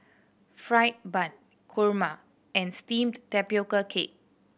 fried bun kurma and steamed tapioca cake